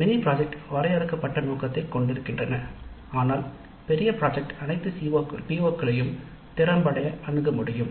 mini பிராஜெக்ட்கள் வரையறுக்கப்பட்ட நோக்கத்தைக் கொண்டிருக்கின்றன ஆனால் பெரிய ப்ராஜெக்ட் அனைத்து PO களையும் திறம்பட அணுகமுடியும்